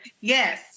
yes